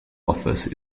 office